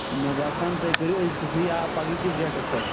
مےٚ باسان تُہۍ کٔرِو أزکِسٕے یا پگہہِ کِس ڈیٹس پٮ۪ٹھ